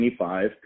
25